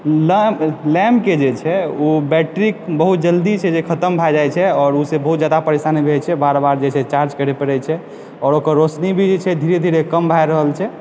लैंपके जे छै ओ बैटरी बहुत जल्दीसँ जे खतम भै जाइत छै आओर ओहिसँ बहुत जादा परेशान हम रहैत छियै बार बार जे छै चार्ज करय पड़ैत छै आओर ओकर रोशनी भी धीरे धीरे कम भै रहल छै